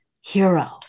hero